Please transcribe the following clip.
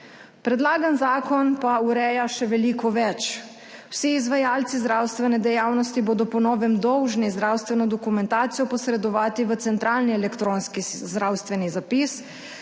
Predlagan zakon pa ureja še veliko več. Vsi izvajalci zdravstvene dejavnosti bodo po novem dolžni zdravstveno dokumentacijo posredovati v centralni elektronski zdravstveni zapis.